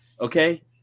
Okay